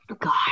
god